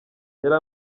yari